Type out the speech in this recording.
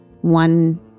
One